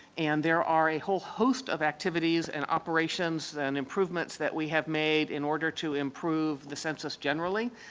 and there are a whole host of activities and operations and improvements that we have made in order to improve the census generally.